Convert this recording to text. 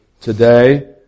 today